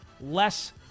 less